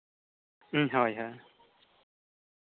ᱦᱳᱭ ᱦᱳᱭ